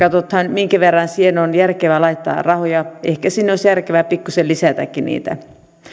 minkä verran metsoon on järkevää laittaa rahoja ehkä sinne olisi järkevää pikkuisen lisätäkin niitä